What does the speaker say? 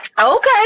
Okay